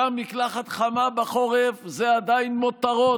שם מקלחת חמה בחורף זה עדיין מותרות